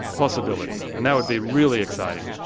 possibility. and that would be really exciting.